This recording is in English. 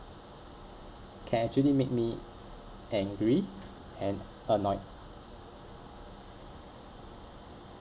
can actually make me angry and annoyed